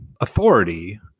authority